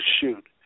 shoot